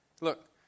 Look